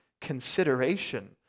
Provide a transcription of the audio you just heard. consideration